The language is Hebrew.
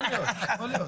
יכול להיות.